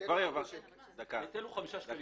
הוא חמישה שקלים.